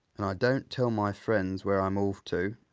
and i don't tell my friends where i'm off to.